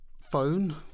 Phone